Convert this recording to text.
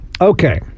Okay